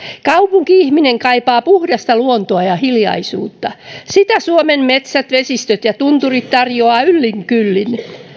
kaupunki ihminen kaipaa puhdasta luontoa ja hiljaisuutta sitä suomen metsät vesistöt ja tunturit tarjoavat yllin kyllin